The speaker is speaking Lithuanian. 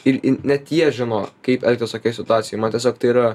ir ir net jie žino kaip elgtis tokioj situacijoj man tiesiog tai yra